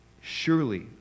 Surely